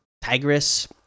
tigris